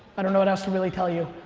i don't know what else to really tell you.